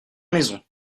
maisons